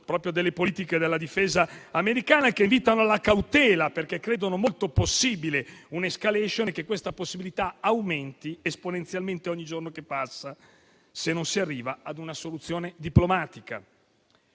vicini al dipartimento della Difesa degli Stati Uniti che invitano alla cautela perché credono molto possibile un'*escalation* e che questa possibilità aumenti esponenzialmente ogni giorno che passa se non si arriva ad una soluzione diplomatica.